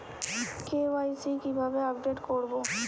KYC কিভাবে update করব?